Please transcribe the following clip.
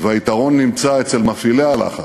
והיתרון נמצא אצל מפעילי הלחץ.